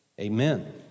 Amen